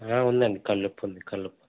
ఉందండి కల్లుప్పు ఉంది కల్లుప్పు